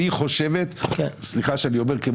אני אומר ולו רק כעניין פרקטי,